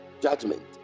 judgment